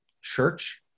church